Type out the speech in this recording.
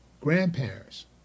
grandparents